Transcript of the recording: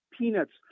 peanuts